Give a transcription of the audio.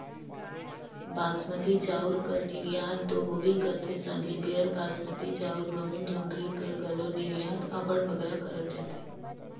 बासमती चाँउर कर निरयात दो होबे करथे संघे गैर बासमती चाउर, गहूँ, जोंढरी कर घलो निरयात अब्बड़ बगरा करल जाथे